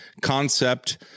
concept